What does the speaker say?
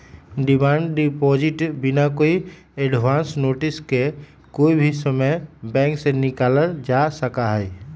demand deposit बिना कोई advance notice के कोई भी समय बैंक से निकाल्ल जा सका हई